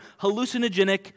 hallucinogenic